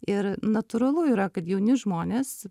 ir natūralu yra kad jauni žmonės